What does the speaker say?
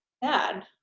bad